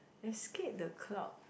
I scared the crowd